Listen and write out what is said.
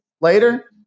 later